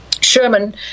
Sherman